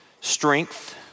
strength